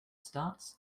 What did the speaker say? starts